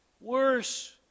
worse